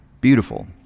beautiful